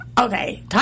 okay